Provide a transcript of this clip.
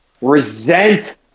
resent